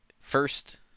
first